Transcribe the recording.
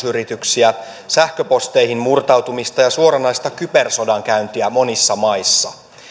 yrityksiä vaikuttaa vaaleihin sähköposteihin murtautumista ja suoranaista kybersodankäyntiä monissa maissa